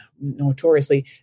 notoriously